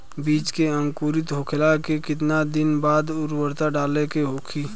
बिज के अंकुरित होखेला के कितना दिन बाद उर्वरक डाले के होखि?